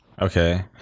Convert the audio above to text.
Okay